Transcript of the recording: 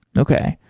okay.